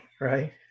right